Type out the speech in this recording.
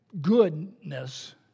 goodness